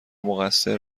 مقصر